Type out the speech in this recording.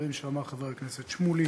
בדברים שאמר חבר הכנסת שמולי.